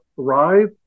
Thrive